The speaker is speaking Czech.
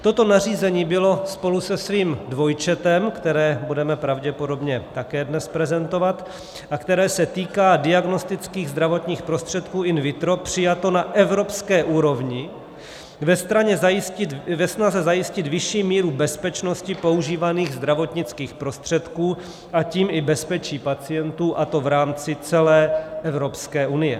Toto nařízení bylo spolu se svým dvojčetem, které budeme pravděpodobně také dnes prezentovat a které se týká diagnostických zdravotních prostředků in vitro, přijato na evropské úrovni ve snaze zajistit vyšší míru bezpečnosti používaných zdravotnických prostředků, a tím i bezpečí pacientů, a to v rámci celé Evropské unie.